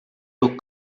yok